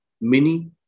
mini